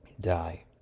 die